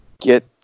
get